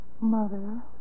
Mother